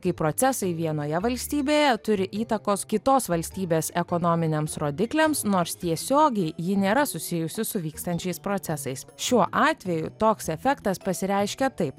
kai procesai vienoje valstybėje turi įtakos kitos valstybės ekonominiams rodikliams nors tiesiogiai ji nėra susijusi su vykstančiais procesais šiuo atveju toks efektas pasireiškia taip